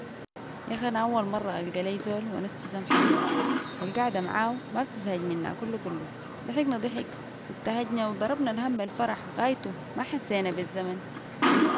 ياخ انا أول مرة ألقى لي زول ونستو سمحة كده والقعده معاه ما بتزهج منها كلو كلو ضحكنا ضحك ابتهجنا وضربنا الهم بالفرح غايتو ما حسينا بالزمن